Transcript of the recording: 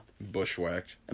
Bushwhacked